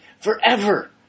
forever